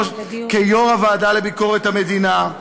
כיו"ר הוועדה לביקורת המדינה,